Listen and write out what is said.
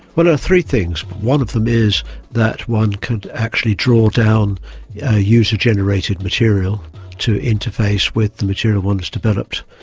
well, there are three things. one of them is that one could actually draw down user generated material to interface with the material one has developed.